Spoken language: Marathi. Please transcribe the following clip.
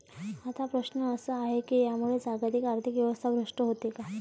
आता प्रश्न असा आहे की यामुळे जागतिक आर्थिक व्यवस्था भ्रष्ट होते का?